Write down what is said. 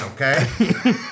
okay